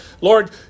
Lord